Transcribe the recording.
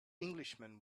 englishman